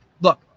Look